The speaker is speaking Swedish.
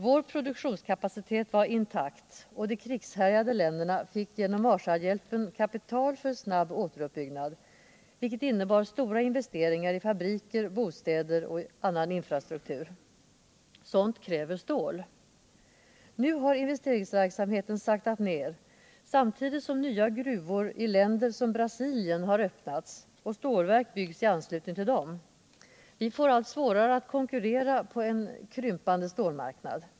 Vår produktionskapacitet var intakt, och de krigshärjade länderna fick genom Marshallhjälpen kapital för snabb återuppbyggnad, vilket innebar stora investeringar i fabriker, bostäder och annan infrastruktur. Sådant kräver stål. Nu har investeringsverksamheten saktat av, samtidigt som nya gruvor i länder som Brasilien har öppnats, och stålverk byggs i anslutning till dem. Vi får allt svårare att konkurrera på den krympande stålmarknaden.